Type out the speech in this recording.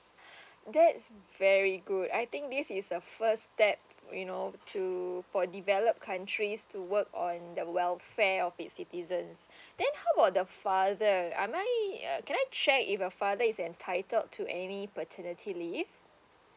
that's very good I think this is the first step you know to for developed countries to work on the welfare of its citizens then how about the father am I can I check if the father is entitled to any paternity leave